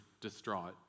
distraught